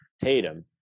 Tatum